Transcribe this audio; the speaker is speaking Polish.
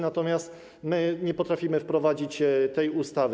Natomiast my nie potrafimy wprowadzić tej ustawy.